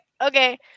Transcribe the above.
Okay